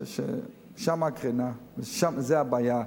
ששם הקרינה, זה הבעיה,